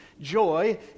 joy